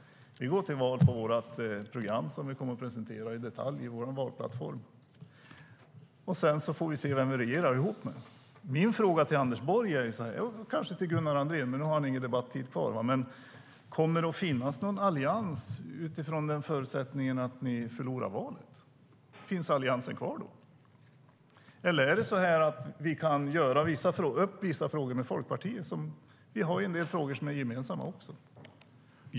Vi går till val på vårt program, som vi kommer att presentera i detalj i vår valplattform. Sedan får vi se vem vi kommer att regera ihop med. Min fråga till Anders Borg, och kanske till Gunnar Andrén - men nu har Gunnar Andrén ingen debattid kvar - är: Kommer det att finnas någon allians om ni förlorar valet? Finns Alliansen kvar då? Eller kan vi kanske ta upp en del frågor med Folkpartiet i stället? Vi har ju en del frågor som är gemensamma.